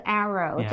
arrow